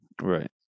Right